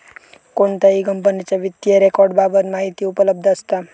कोणत्याही कंपनीच्या वित्तीय रेकॉर्ड बाबत माहिती उपलब्ध असता